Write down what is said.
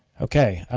okay.